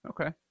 Okay